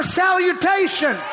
salutation